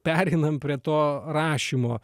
pereinam prie to rašymo